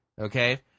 Okay